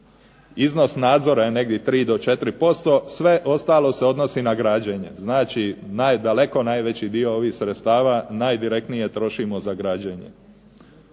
Iznos nadzora je negdje 3 do 4%. Sve ostalo se odnosi na građenje. Znači naj, daleko najveći dio ovih sredstava, najdirektnije trošimo za građenje.